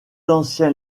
ancien